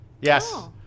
yes